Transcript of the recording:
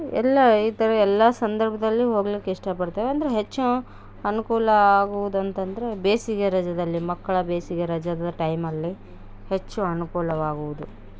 ಎಲ್ಲ ಈ ಥರ ಎಲ್ಲ ಸಂದರ್ಭದಲ್ಲಿ ಹೋಗ್ಲಿಕ್ಕೆ ಇಷ್ಟಪಡ್ತೇವೆ ಅಂದರೆ ಹೆಚ್ಚು ಅನುಕೂಲ ಆಗುವುದು ಅಂತಂದರೆ ಬೇಸಿಗೆ ರಜದಲ್ಲಿ ಮಕ್ಕಳ ಬೇಸಿಗೆ ರಜದ ಟೈಮಲ್ಲಿ ಹೆಚ್ಚು ಅನುಕೂಲವಾಗುವುದು